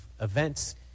events